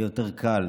יהיה יותר קל.